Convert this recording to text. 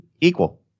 Equal